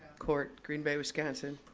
court, green bay wisconsin.